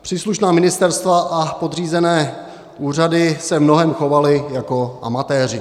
Příslušná ministerstva a podřízené úřady se v mnohém chovaly jako amatéři.